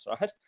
right